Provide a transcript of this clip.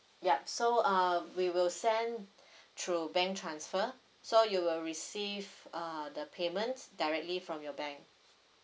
yup so uh we will send through bank transfer so you will receive uh the payments directly from your bank